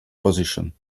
position